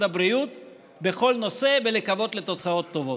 הבריאות בכל נושא ולקוות לתוצאות טובות?